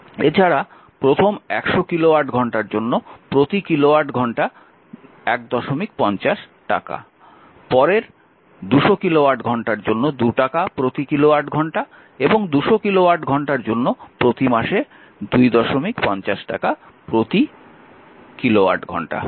এছাড়া প্রথম 100 কিলোওয়াট ঘন্টার জন্য প্রতি কিলোওয়াট ঘন্টা 15 টাকা পরের 200 কিলোওয়াট ঘন্টার জন্য 2 টাকা প্রতি কিলোওয়াট ঘন্টা এবং 200 কিলোওয়াট ঘন্টার জন্য প্রতি মাসে 25 টাকা প্রতি কিলোওয়াট ঘন্টা